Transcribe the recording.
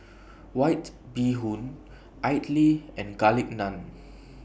White Bee Hoon Idly and Garlic Naan